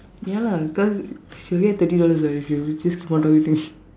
ya lah cause she will get thirty dollars what if you just keep on talking to me